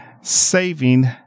saving